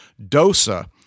DOSA